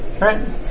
right